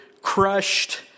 crushed